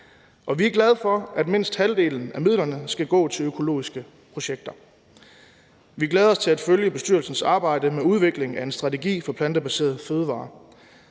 Og vi er glade for, at mindst halvdelen af midlerne skal gå til økologiske projekter. Vi glæder os til at følge bestyrelsens arbejde med udviklingen af en strategi for plantebaserede fødevarer,